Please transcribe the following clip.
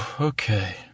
okay